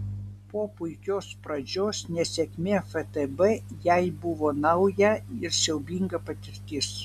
po puikios pradžios nesėkmė ftb jai buvo nauja ir siaubinga patirtis